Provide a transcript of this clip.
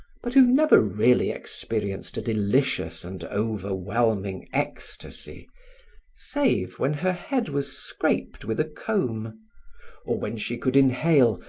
but who never really experienced a delicious and overwhelming ecstacy save when her head was scraped with a comb or when she could inhale,